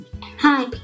Hi